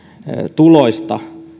tuloista